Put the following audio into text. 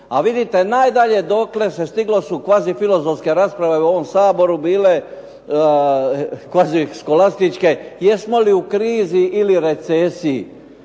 A vidite, najdalje dokle se stiglo su kvazi filozofske rasprave u ovom Saboru bile, kvazi skolastičke jesmo li u krizi ili recesiji.